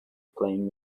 playing